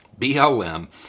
BLM